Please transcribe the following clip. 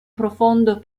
profondo